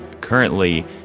currently